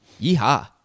Yeehaw